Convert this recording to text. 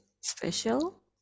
special